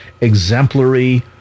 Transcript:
exemplary